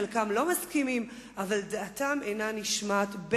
חלקם לא מסכימים אבל דעתם אינה נשמעת,